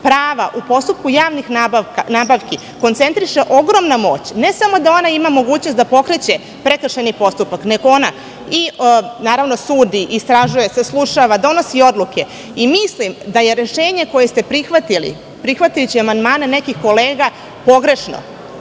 prava u postupku javnih nabavki koncentriše ogromna moć, ne samo da ona ima mogućnost da pokreće prekršajni postupak, nego ona sudi, istražuje, saslušava, donosi odluke. Mislim da je rešenje koje ste prihvatili, prihvatajući amandmane nekih kolega, pogrešno,